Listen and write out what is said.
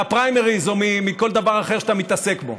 מהפריימריז או מכל דבר אחר שאתה מתעסק בו.